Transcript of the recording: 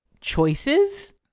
choices